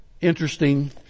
Interesting